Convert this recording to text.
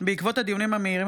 בעקבות דיונים מהירים,